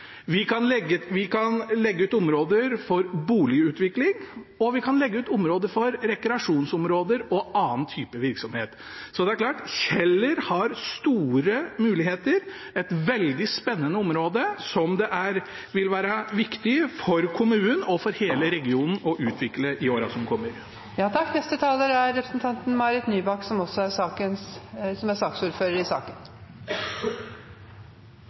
vi kan ta vare på nærings- og forskningsmiljøer og til og med legge til rette for nye, vi kan legge ut områder for boligutvikling, og vi kan legge ut områder for rekreasjon og annen type virksomhet. Så Kjeller har store muligheter. Det er et veldig spennende område som det vil være viktig for kommunen og for hele regionen å utvikle i årene som kommer. Bare en kort kommentar for å oppklare det som jeg føler kanskje er